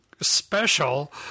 special